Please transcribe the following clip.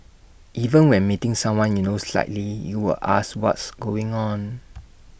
even when meeting someone you know slightly you would ask what's going on